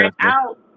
out